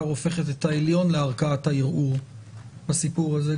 הופכת את העליון לערכאת הערעור בסיפור הזה.